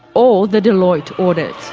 or the deloitte audit.